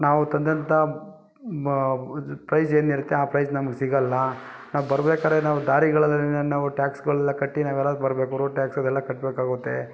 ನಾವು ತಂದಂಥ ಪ್ರೈಸ್ ಏನಿರುತ್ತೆ ಆ ಪ್ರೈಸ್ ನಮಗೆ ಸಿಗಲ್ಲ ನಾವು ಬರ್ಬೇಕಾದ್ರೆ ನಾವು ದಾರಿಗಳಲ್ಲಿನ ನಾವು ಟ್ಯಾಕ್ಸ್ಗಳೆಲ್ಲ ಕಟ್ಟಿ ನಾವೆಲ್ಲ ಬರಬೇಕು ರೋಡ್ ಟ್ಯಾಕ್ಸ್ ಅದೆಲ್ಲ ಕಟ್ಟಬೇಕಾಗುತ್ತೆ